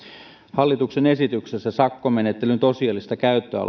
hallituksen esityksessä sakkomenettelyn tosiasiallista käyttöä